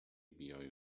بیای